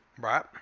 Right